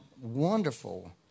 Wonderful